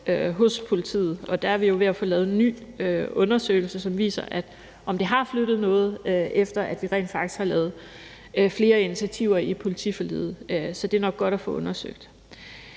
hos politiet, og der er vi jo ved at få lavet en ny undersøgelse, som skal vise, om det har flyttet noget, efter at vi rent faktisk har lavet flere initiativer i politiforliget. Så det er nok godt at få undersøgt.